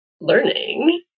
learning